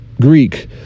Greek